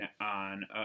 on